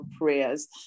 prayers